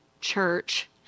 church